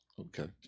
Okay